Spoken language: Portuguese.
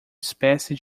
espécie